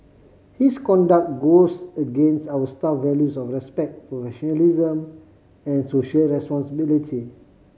his conduct goes against our staff values of respect professionalism and social responsibility